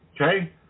okay